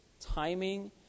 timing